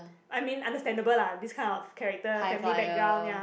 I mean understandable lah this kind of character family background ya